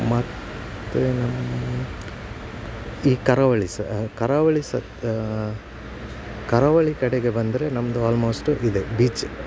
ಮತ್ತೇ ಈ ಕರಾವಳಿಸ್ ಕರಾವಳಿಸ್ ಕರಾವಳಿ ಕಡೆಗೆ ಬಂದರೆ ನಮ್ಮದು ಆಲ್ಮೋಸ್ಟು ಇದೆ ಬೀಚ್